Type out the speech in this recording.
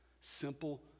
Simple